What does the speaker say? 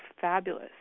fabulous